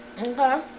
Okay